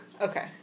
Okay